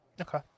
Okay